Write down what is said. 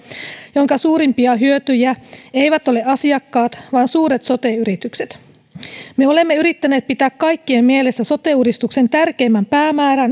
jonka suurimpia hyötyjiä eivät ole asiakkaat vaan suuret sote yritykset me olemme yrittäneet pitää kaikkien mielessä sote uudistuksen tärkeimmän päämäärän